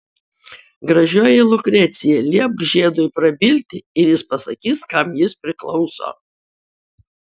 gražioji lukrecija liepk žiedui prabilti ir jis pasakys kam jis priklauso